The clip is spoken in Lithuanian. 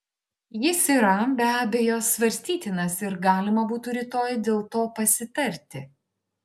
jis yra be abejo svarstytinas ir galima būtų rytoj dėl to pasitarti